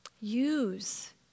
use